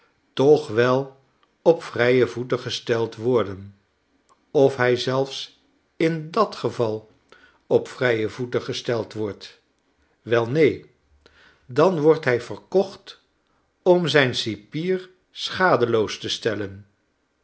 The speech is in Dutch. toch wel op vrije voeten gesteld worden of hij zelfs in dat geval op vrije voeten gesteld wordt wel neen dan woudt hij verkocht om zijn cipier schadeloos te stellen